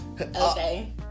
Okay